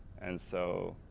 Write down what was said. and so